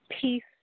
peace